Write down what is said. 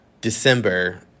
December